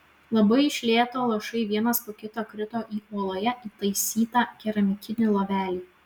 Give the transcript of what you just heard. labai iš lėto lašai vienas po kito krito į uoloje įtaisytą keramikinį lovelį